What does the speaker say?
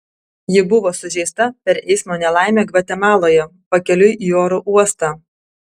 ji buvo sužeista per eismo nelaimę gvatemaloje pakeliui į oro uostą